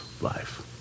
life